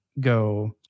go